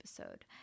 episode